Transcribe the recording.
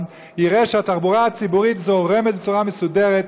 יראה שהתחבורה הציבורית זורמת בצורה מסודרת,